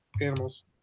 animals